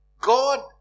God